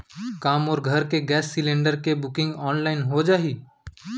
का मोर घर के गैस सिलेंडर के बुकिंग ऑनलाइन हो जाही?